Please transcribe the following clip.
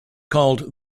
called